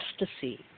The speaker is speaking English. ecstasy